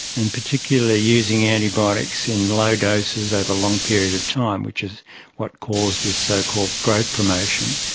and particularly using antibiotics in low doses over a long period of time, which is what caused this so-called growth promotion.